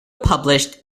published